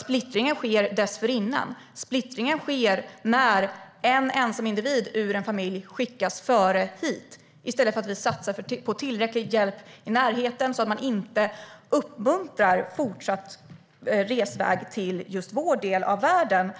Splittringen sker dessförinnan, när en ensam individ ur en familj skickas före hit. I stället borde vi satsa på tillräcklig hjälp i närheten så att vi inte uppmuntrar fortsatt resa till just vår del av världen